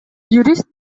юрист